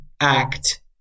act